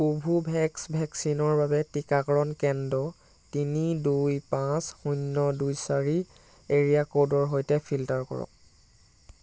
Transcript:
Covovax ভেকচিনৰ বাবে টিকাকৰণ কেন্দ্ৰ তিনি দুই পাঁচ শূণ্য দুই চাৰি এৰিয়া ক'ডৰ সৈতে ফিল্টাৰ কৰক